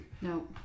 No